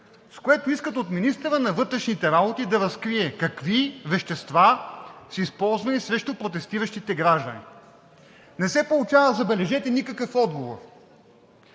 с което искат от министъра на вътрешните работи да разкрие какви вещества са използвани срещу протестиращите граждани. Не се получава, забележете, никакъв отговор.